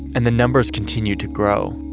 and the numbers continued to grow.